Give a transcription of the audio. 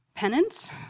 Penance